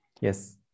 Yes